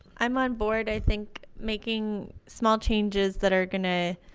i'm on board. i think making small changes that are gonna